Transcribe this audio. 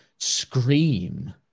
Scream